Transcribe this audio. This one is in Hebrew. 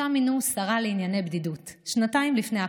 שם מינו שרה לענייני בדידות שנתיים לפני הקורונה.